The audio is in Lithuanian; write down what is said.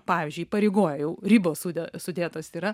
pavyzdžiui įpareigoja jau ribos sude sudėtos yra